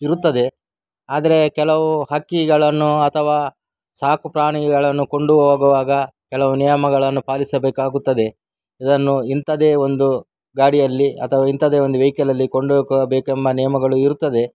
ಇರುತ್ತದೆ ಆದರೆ ಕೆಲವು ಹಕ್ಕಿಗಳನ್ನು ಅಥವಾ ಸಾಕುಪ್ರಾಣಿಗಳನ್ನು ಕೊಂಡು ಹೋಗುವಾಗ ಕೆಲವು ನಿಯಮಗಳನ್ನು ಪಾಲಿಸಬೇಕಾಗುತ್ತದೆ ಇದನ್ನು ಇಂಥದ್ದೇ ಒಂದು ಗಾಡಿಯಲ್ಲಿ ಅಥವಾ ಇಂಥದ್ದೇ ಒಂದು ವೆಯ್ಕಲ್ಲಲ್ಲಿ ಕೊಂಡೋಗಬೇಕೆಂಬ ನಿಯಮಗಳು ಇರುತ್ತದೆ